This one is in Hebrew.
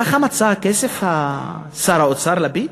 ככה מצא כסף שר האוצר לפיד?